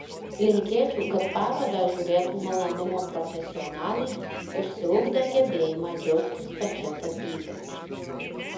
linkėčiau kad parodą žiūrėtų malonumo profesionalai išsiugdę gebėjimą džiaugtis pačia tapyba